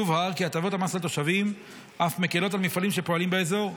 יובהר כי הטבות המס לתושבים אף מקילות על מפעלים שפועלים באזור,